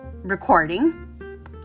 recording